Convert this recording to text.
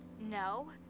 No